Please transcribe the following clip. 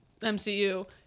MCU